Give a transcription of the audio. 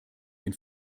den